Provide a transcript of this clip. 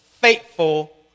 faithful